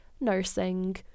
Nursing